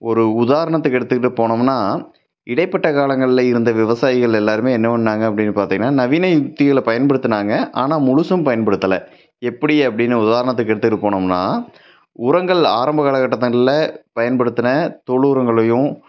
ஒரு உதாரணத்துக்கு எடுத்துக்கிட்டு போனமுன்னால் இடைப்பட்ட காலங்களில் இருந்த விவசாயிகள் எல்லாேருமே என்ன பண்ணிணாங்க அப்படின்னு பார்த்தீங்கனா நவீன யுக்திகளை பயன்படுத்தினாங்க ஆனால் முழுதும் பயன்படுத்தலை எப்படி அப்படின்னு உதாரணத்துக்கு எடுத்துக்கிட்டு போனமுன்னால் உரங்கள் ஆரம்ப காலகட்டத்தங்களில் பயன்படுத்தின தொழு உரங்களையும்